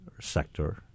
sector